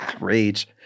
rage